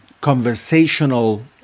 conversational